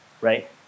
right